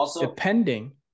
depending